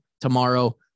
tomorrow